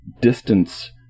distance